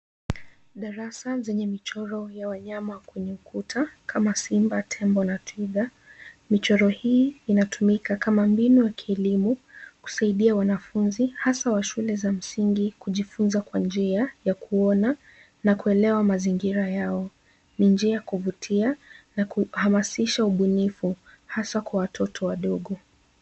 Darasa zenye michoro ya wanyama kwenye ukuta, kama simba, tembo na twiga. Michoro hii inatumika kama mbinu ya kilimo, kusaidia wanafunzi haswa shule za msinngi kujifunza kwa nji ya kuona na kuelewa mazingira yao ni njia ya kuvutia na kuhamashisha ubunifu haswa kwa watoto wadogo.